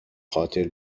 خاطر